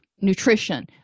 nutrition